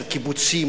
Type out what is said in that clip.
של קיבוצים,